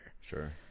Sure